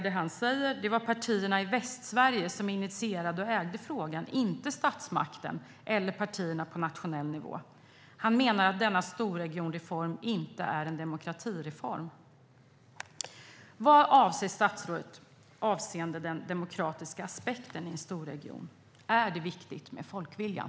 "Det var partierna i Västsverige som initierade och ägde frågan, inte statsmakten eller partierna på nationell nivå", skriver Lennart Nilsson. Han menar att denna storregionreform inte är en demokratireform. Vad anser statsrådet avseende den demokratiska aspekten i en storregion? Är det viktigt med folkviljan?